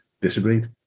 disagreed